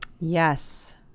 Yes